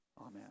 Amen